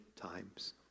times